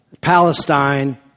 Palestine